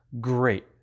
Great